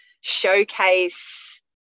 showcase